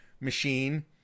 machine